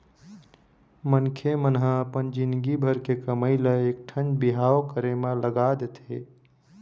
मनखे मन ह अपन जिनगी भर के कमई ल एकठन बिहाव करे म लगा देथे